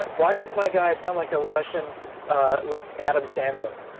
why does my guy sound like a russian like adam sandler?